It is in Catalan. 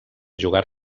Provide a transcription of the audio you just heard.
jugar